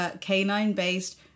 canine-based